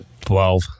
Twelve